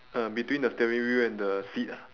uh between the steering wheel and the seat ah